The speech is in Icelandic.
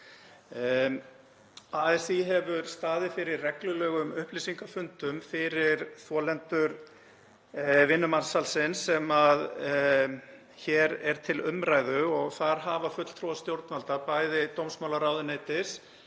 ASÍ hefur staðið fyrir reglulegum upplýsingafundum fyrir þolendur vinnumansalsins sem hér er til umræðu og þar hafa fulltrúar stjórnvalda, bæði dómsmálaráðuneytis